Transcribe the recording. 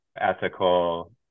ethical